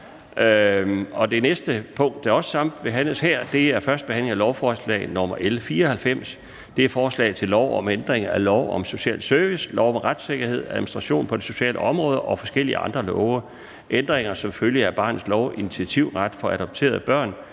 med dette punkt foretages: 5) 1. behandling af lovforslag nr. L 94: Forslag til lov om ændring af lov om social service, lov om retssikkerhed og administration på det sociale område og forskellige andre love. (Ændringer som følge af barnets lov, initiativret for adopterede børn,